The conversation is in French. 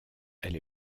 elle